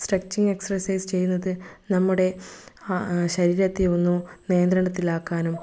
stretching exercise ചെയ്യുന്നത് നമ്മുടെ ശരീരത്തെ ഒന്ന് നിയന്ത്രണത്തിലാക്കാനും